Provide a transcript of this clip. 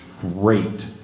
great